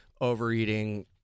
overeating